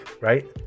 right